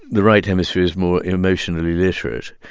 the right hemisphere is more emotionally literate.